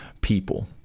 people